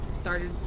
started